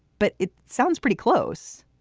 but it sounds pretty close